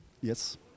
Yes